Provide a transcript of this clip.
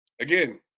Again